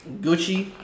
Gucci